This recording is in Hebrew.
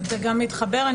זה גם מתחבר היטב,